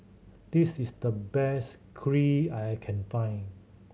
this is the best Kheer I can find